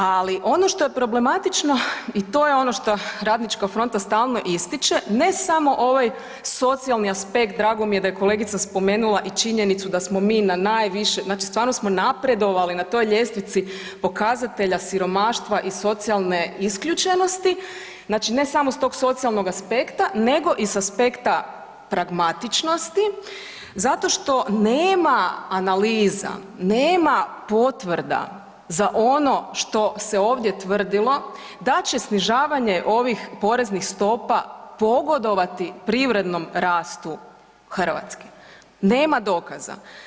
Ali ono što je problematično i to je ono što Radnička fronta stalno ističe, ne samo ovaj socijalni aspekt, drago mi je da je kolegica spomenula i činjenicu da smo mi na najviše znači stvarno smo napredovali na toj ljestvici pokazatelja siromaštva i socijalne isključenosti, znači ne samo s tog socijalnog aspekta nego i sa aspekta pragmatičnosti zato što nema analiza, nema potvrda za ono što se ovdje tvrdilo da će snižavanje ovih poreznih stopa pogodovati privrednom rastu Hrvatske, nema dokaza.